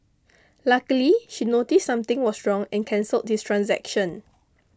luckily she noticed something was wrong and cancelled his transaction